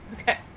Okay